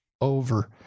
over